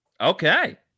Okay